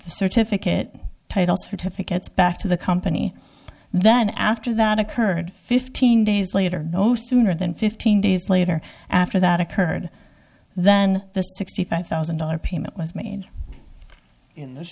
certificate title certificates back to the company and then after that occurred fifteen days later no sooner than fifteen days later after that occurred then the sixty five thousand dollars payment was made